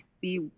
see